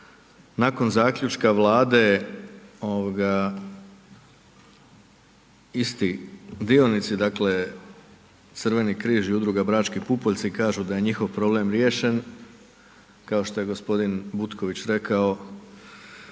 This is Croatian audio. nakon zaključka Vlade isti dionici, dakle Crveni križ i udruga Brački pupoljci kažu da je njihov problem riješen, kao što je g. Butković rekao,